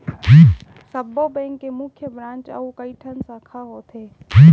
सब्बो बेंक के मुख्य ब्रांच अउ कइठन साखा होथे